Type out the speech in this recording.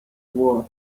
war